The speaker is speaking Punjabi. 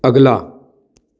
ਅਗਲਾ